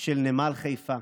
של נמל חיפה.